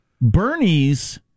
Bernie's